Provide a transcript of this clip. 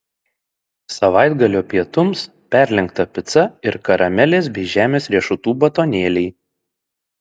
savaitgalio pietums perlenkta pica ir karamelės bei žemės riešutų batonėliai